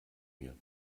mir